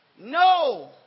No